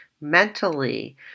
mentally